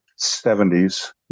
70s